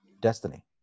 destiny